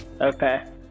Okay